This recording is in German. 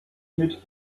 mit